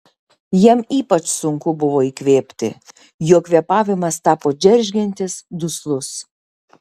jam ypač buvo sunku įkvėpti jo kvėpavimas tapo džeržgiantis duslus